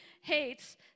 hates